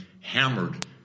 hammered